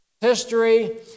history